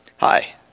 Hi